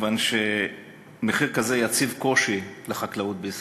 מכיוון שמחיר כזה יציב קושי לחקלאות בישראל,